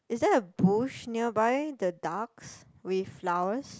is there a bush nearby the ducks with flowers